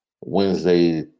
Wednesday